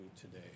today